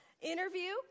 Interview